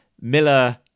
Miller